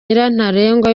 nyirantarengwa